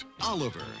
Oliver